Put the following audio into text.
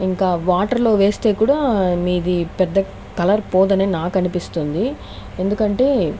ఇంకా వాటర్ లో వేస్తే కూడా మీది పెద్ద కలర్ పోదని నాకు అనిపిస్తుంది ఎందుకంటే